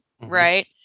right